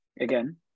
again